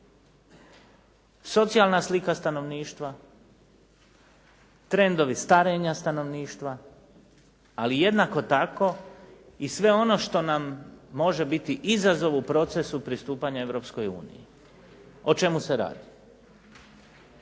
socijalna slika stanovništva, trendovi starenja stanovništva ali jednako tako i sve ono što nam može biti izazov u procesu pristupanja Europskoj uniji. O čemu se radi?